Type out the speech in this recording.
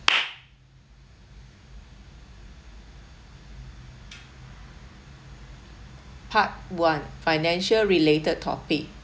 part one financial related topic